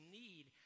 need